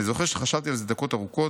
אני זוכר שחשבתי על זה דקות ארוכות,